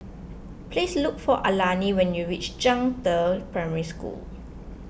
please look for Alani when you reach Zhangde Primary School